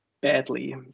badly